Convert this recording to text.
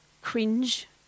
cringe